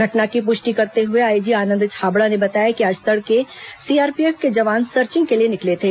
घटना की पुष्टि करते हुए आईजी आनंद छाबड़ा ने बताया कि आज तड़के सीआरपीएफ के जवान सर्चिंग के लिए निकले थे